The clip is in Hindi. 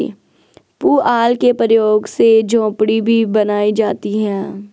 पुआल के प्रयोग से झोपड़ी भी बनाई जाती है